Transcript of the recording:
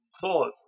thought